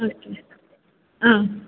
okay അ